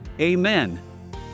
Amen